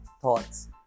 thoughts